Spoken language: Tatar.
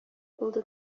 булды